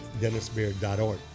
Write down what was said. dennisbeard.org